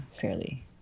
fairly